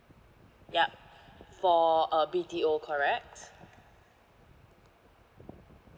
ya for a B_T_O correct